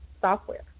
software